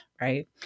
right